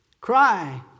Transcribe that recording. Cry